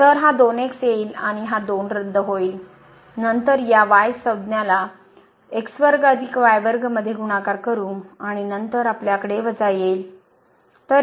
तर हा 2 x येईल आणि हा 2 रद्द होईल आणि नंतर या y संज्ञाला मध्ये गुणाकार करू आणि नंतर आपल्याकडे वजा होईल